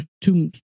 two